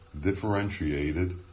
differentiated